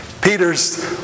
Peter's